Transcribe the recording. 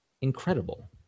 incredible